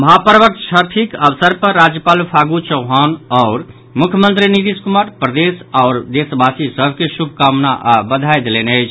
महापर्व छठिक अवसर पर राज्यपाल फागू चौहान आओर मुख्यमंत्री नीतीश कुमार प्रदेश आओर देशवासी सभ केँ शुभकामना आ वधाई देलनि अछि